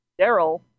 Daryl